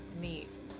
Neat